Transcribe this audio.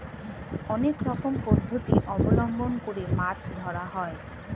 অনেক রকম পদ্ধতি অবলম্বন করে মাছ ধরা হয়